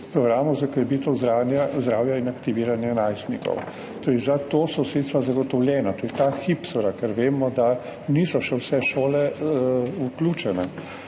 programov za krepitev zdravja in aktiviranja najstnikov. Torej, za to so sredstva zagotovljena. To je ta hip, seveda, ker vemo, da še niso vse šole vključene.